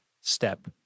step